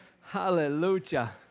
Hallelujah